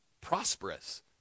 prosperous